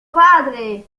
padre